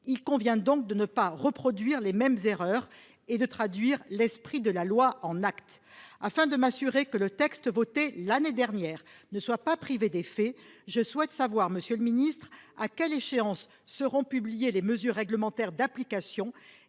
Il convient donc de ne pas reproduire les mêmes erreurs et de traduire l’esprit de la loi en actes. Afin de m’assurer que le texte voté l’année dernière ne soit pas privé d’effets, je souhaite savoir, monsieur le ministre, à quelle échéance seront publiées les mesures réglementaires d’application